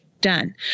done